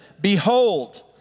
Behold